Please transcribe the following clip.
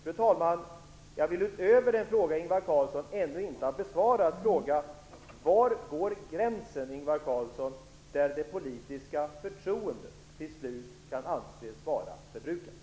Fru talman! Jag vill utöver den av Ingvar Carlsson ännu inte besvarade frågan ställa den följande: Var går gränsen där det politiska förtroendet till slut kan anses vara förbrukat?